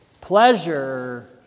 pleasure